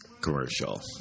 commercial